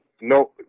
no